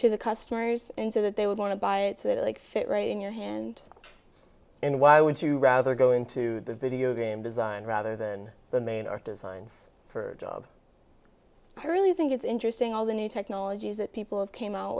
to the customers and so that they would want to buy it to fit right in your hand and why would you rather go into the video game design rather than the main artisans for job i really think it's interesting all the new technologies that people have came out